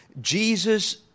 Jesus